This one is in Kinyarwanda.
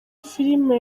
filime